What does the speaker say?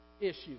issues